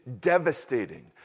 devastating